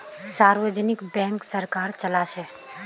सार्वजनिक बैंक सरकार चलाछे